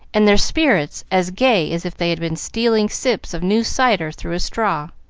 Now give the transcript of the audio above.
and their spirits as gay as if they had been stealing sips of new cider through a straw.